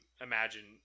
imagine